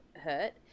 hurt